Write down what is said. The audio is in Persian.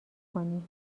کنی